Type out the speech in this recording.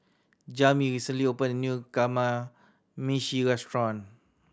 Jami recently opened a new Kamameshi Restaurant